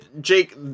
Jake